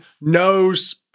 knows